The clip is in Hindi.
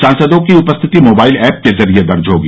सांसदों की उपस्थिति मोबाइल एप के जरिये दर्ज होगी